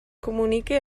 comunique